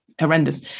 horrendous